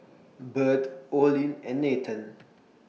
Bird Olin and Nathen